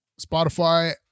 Spotify